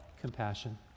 compassion